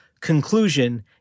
conclusion